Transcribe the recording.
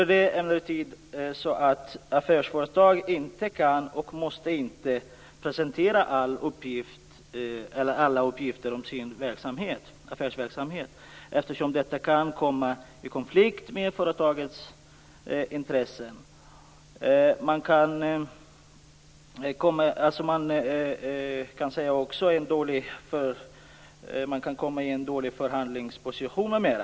Affärsföretag kan inte, och måste inte, presentera alla uppgifter om sin affärsverksamhet, eftersom detta kan komma i konflikt med företagets intressen. Man kan komma i en dålig förhandlingsposition m.m.